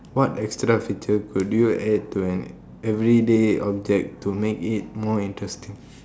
what extra feature could you add to an everyday object to make it more interesting